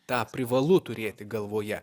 tą privalu turėti galvoje